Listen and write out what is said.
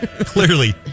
clearly